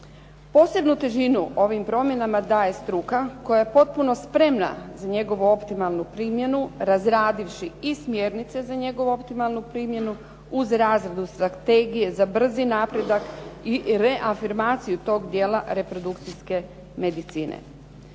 Posebnu težinu ovim promjenama daje struka koja je potpuno spremna za njegovu optimalnu primjenu razradivši i smjernice za njegovu optimalnu primjenu uz razradu strtegije za brzi napredak i reafirmaciju tog dijela reprodukcijske medicine.